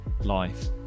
life